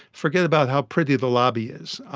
forget about how pretty the lobby is.